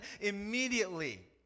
immediately